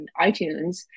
iTunes